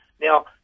Now